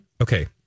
okay